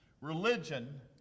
religion